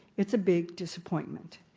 it's a big disappointment.